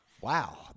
wow